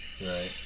Right